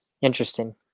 Interesting